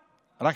גילית?